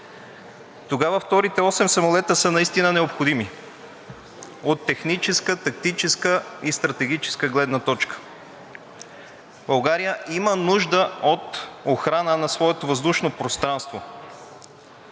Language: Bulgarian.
Тогава вторите осем самолета са наистина необходими от техническа, тактическа и стратегическа гледна точка. България има нужда от охрана на своето въздушно пространство.